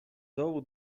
dołu